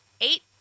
eight